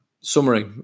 summary